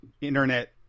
internet